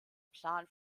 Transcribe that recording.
plan